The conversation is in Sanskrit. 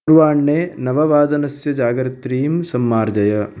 पूर्वाह्णे नववादनस्य जागर्त्रीं सम्मार्जय